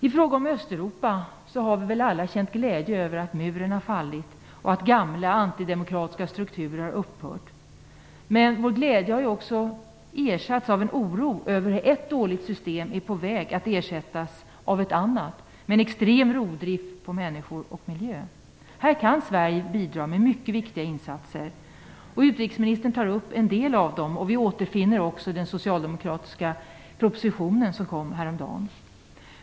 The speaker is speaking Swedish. I fråga om Östeuropa har vi väl alla känt glädje över att muren har fallit och att gamla, antidemokratiska strukturer har upphört. Men vår glädje har också ersatts av en oro över att ett dåligt system är på väg att ersättas av ett annat, med en extrem rovdrift på människor och miljö. Här kan Sverige göra mycket viktiga insatser, och utrikesministern tog upp en del av dem; de återfinns också i den propositionen som kom häromdagen.